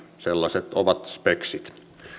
sellaiset ovat speksit